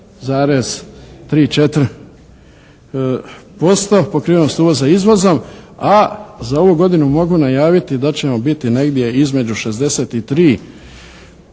posto pokrivenost uvoza izvozom. A za ovu godinu mogu najaviti da ćemo biti negdje između 63%